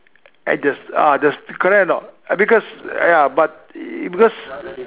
at the ah the correct or not I because ya but because